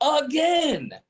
again